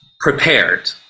prepared